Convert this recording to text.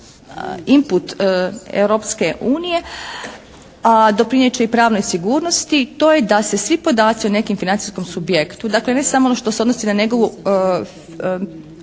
imput Europske unije, a doprinijet će i pravnoj sigurnosti to je da se svi podaci o nekom financijskom subjektu, dakle ne samo ono što se odnosi na njegovu